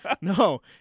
No